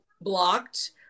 blocked